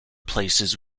places